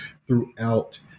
throughout